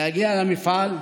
להגיע למפעל.